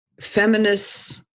feminists